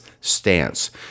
stance